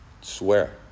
Swear